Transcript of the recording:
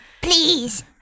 Please